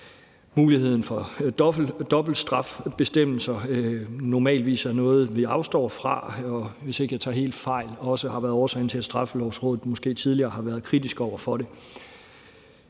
muligheden for dobbeltstrafbestemmelser normalvis er noget, vi afstår fra, og som, hvis ikke jeg tager helt fejl, også har været årsagen til, at Straffelovrådet tidligere har været kritisk over for det.